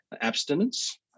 abstinence